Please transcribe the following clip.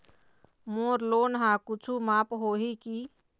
मोर loan हा कुछू माफ होही की?